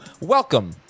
Welcome